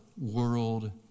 world